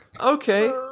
okay